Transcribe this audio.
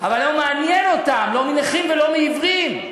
אבל לא מעניין אותם לא מנכים ולא מעיוורים.